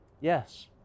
yes